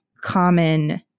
common